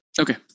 Okay